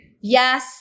Yes